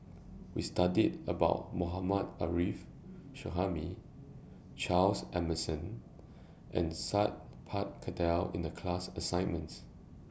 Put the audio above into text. We studied about Mohammad Arif Suhaimi Charles Emmerson and Sat Pal Khattar in The class assignments